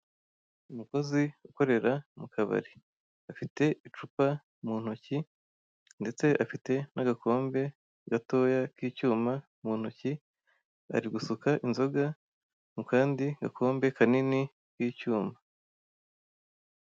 Umukozi ukorera mu kabari afite icupa mu ntoki, ndetse afite n'agakombe gatoya k'icyuma mu ntoki ari gusuka inzoga mu kandi gakombe kanini k'icyuma.